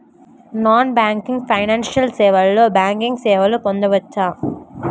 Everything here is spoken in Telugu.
నాన్ బ్యాంకింగ్ ఫైనాన్షియల్ సేవలో బ్యాంకింగ్ సేవలను పొందవచ్చా?